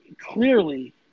clearly